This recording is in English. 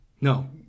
No